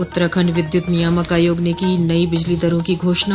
उत्तराखण्ड विद्युत नियामक आयोग ने की नई बिजली दरों की घोषणा